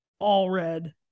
Allred